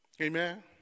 Amen